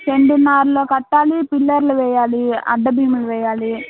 సెంటున్నరలో కట్టాలి పిల్లర్లు వెయ్యాలి అడ్డ బీములు వెయ్యాలి